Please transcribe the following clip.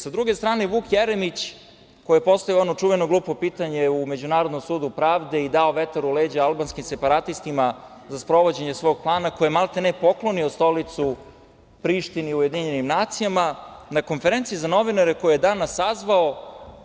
Sa druge strane, Vuk Jeremić, koji je postavio ono čuveno glupo pitanje u Međunarodnom sudu pravde i dao vetar u leđa albanskim separatistima za sprovođenje svog plana, koji je maltene poklonio stolicu Prištini u UN, na konferenciji za novinare koju je danas sazvao,